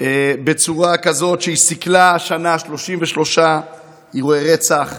בצורה כזאת שהיא סיכלה השנה 33 אירועי רצח.